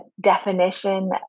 definition